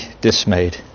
dismayed